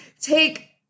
take